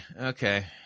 Okay